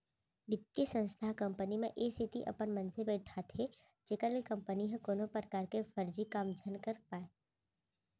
बित्तीय संस्था ह कंपनी म ए सेती अपन मनसे बइठाथे जेखर ले कंपनी ह कोनो परकार के फरजी काम झन कर पाय